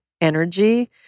energy